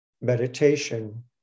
meditation